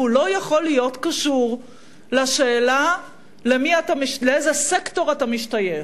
והוא לא יכול להיות קשור לשאלה לאיזה סקטור אתה משתייך.